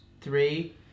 three